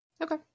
Okay